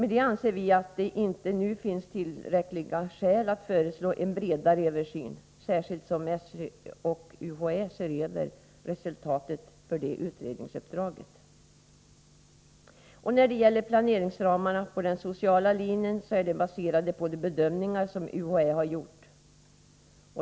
Därmed anser vi att det inte nu finns tillräckliga skäl att föreslå en bredare översyn, särskilt som SÖ och UHÄ ser över resultatet av det utredningsuppdraget. Planeringsramarna på den sociala linjen är baserade på de bedömningar som UHÄ har gjort.